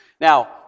Now